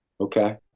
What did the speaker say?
okay